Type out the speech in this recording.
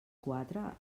quatre